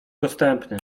dostępny